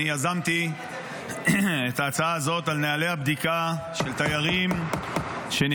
אני יזמתי את ההצעה הזאת על נוהלי הבדיקה של תיירים שנכנסים